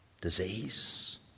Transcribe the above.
disease